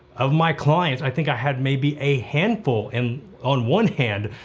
of my clients, i think i had maybe a handful and, on one hand,